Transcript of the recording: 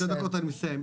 בשתי דקות אני אסיים.